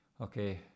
Okay